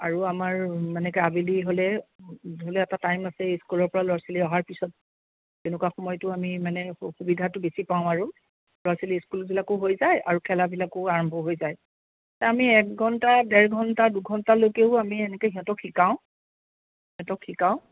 আৰু আমাৰ মানে কি আবেলি হ'লে ধৰি লওক এটা টাইম আছে স্কুলৰ পৰা ল'ৰা ছোৱালী অহাৰ পিছত তেনেকুৱা সময়টো আমি মানে সুবিধাটো বেছি পাওঁ আৰু ল'ৰা ছোৱালীৰ স্কুলবিলাকো হৈ যায় আৰু খেলাবিলাকো আৰম্ভ হৈ যায় আমি এক ঘণ্টা দেৰ ঘণ্টা দুঘণ্টালৈকেও আমি এনেকৈ সিহঁতক শিকাওঁ সিহঁতক শিকাওঁ